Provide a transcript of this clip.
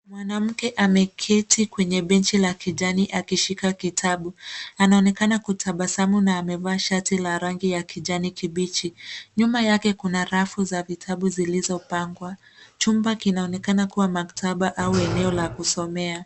Mwanamke ameketi kwenye benchi la kijani akishika kitabu. Anaonekana kutabasamu na amevaa shati la rangi ya kijani kibichi. Nyuma yake kuna rafu za vitabu zilizopangwa. Chumba kinaonekana kuwa maktaba au eneo la kusomea.